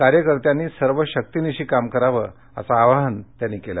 कार्यकर्त्यांनी सर्व शक्तिनिशी काम करावं असं आवाहन त्यांनी केलं